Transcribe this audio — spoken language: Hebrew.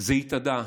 זה התאדה.